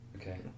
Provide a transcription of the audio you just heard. okay